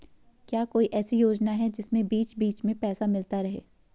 क्या कोई ऐसी योजना है जिसमें बीच बीच में पैसा मिलता रहे?